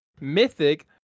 Mythic